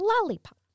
lollipop